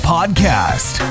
Podcast